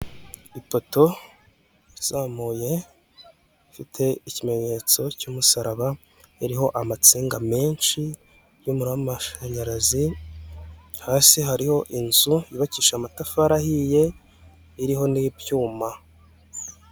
Ipoto izamuye ifite ikimenyetso cy'umusaraba, iriho amatsinga menshi y'umuriro w'amashanyarazi, hasi hariho inzu yubakisije amatafari ahiye, iriho n'ibyuma.